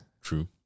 True